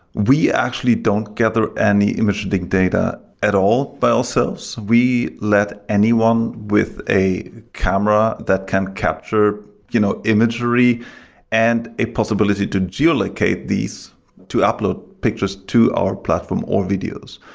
we actually don't gather any imaging data at all by ourselves. we let anyone with a camera that can capture you know imagery and a possibility to geo-locate these to upload pictures to our platform or videos.